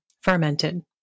fermented